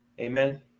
Amen